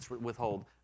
withhold